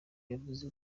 yavuze